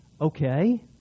Okay